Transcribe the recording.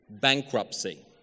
Bankruptcy